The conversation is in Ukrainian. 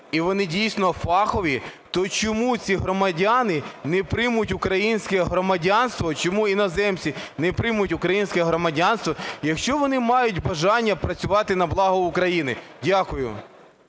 і вони дійсно фахові, то чому ці громадяни не приймуть українське громадянство, чому іноземці не приймуть українське громадянство, якщо вони мають бажання працювати на благо України? Дякую.